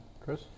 Chris